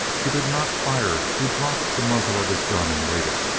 he did not fire. he dropped the muzzle of his gun and waited.